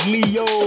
Leo